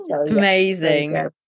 amazing